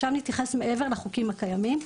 עכשיו נתייחס מעבר לחוקים הקיימים,